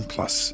Plus